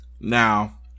Now